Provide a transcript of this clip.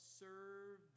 serve